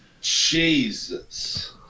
Jesus